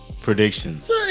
predictions